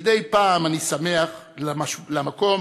מדי פעם אני שמח לשוב למקום